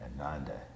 Ananda